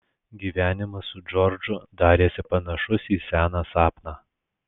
gyvenimas su džordžu darėsi panašus į seną sapną